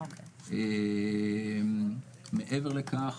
מעבר לכך,